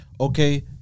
Okay